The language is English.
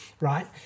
right